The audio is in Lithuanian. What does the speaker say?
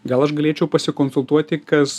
gal aš galėčiau pasikonsultuoti kas